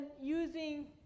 using